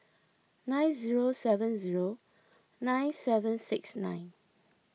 nine zero seven zero nine seven six nine